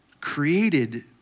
created